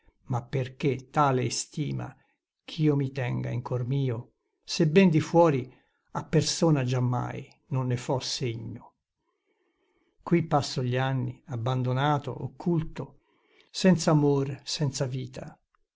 ma perché tale estima ch'io mi tenga in cor mio sebben di fuori a persona giammai non ne fo segno qui passo gli anni abbandonato occulto senz'amor senza vita